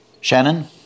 shannon